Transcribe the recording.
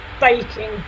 baking